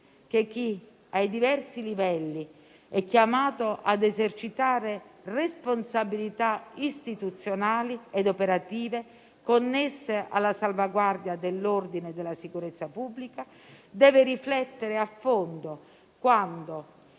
che chi ai diversi livelli è chiamato a esercitare responsabilità istituzionali e operative, connesse alla salvaguardia dell'ordine e della sicurezza pubblica, deve riflettere a fondo quando